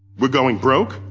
we're going broke.